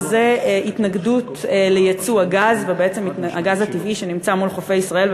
וזה התנגדות לייצוא הגז הטבעי שנמצא מול חופי ישראל,